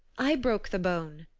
i broke the bone.